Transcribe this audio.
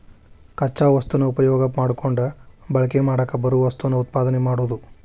ಕಚ್ಚಾ ವಸ್ತುನ ಉಪಯೋಗಾ ಮಾಡಕೊಂಡ ಬಳಕೆ ಮಾಡಾಕ ಬರು ವಸ್ತುನ ಉತ್ಪಾದನೆ ಮಾಡುದು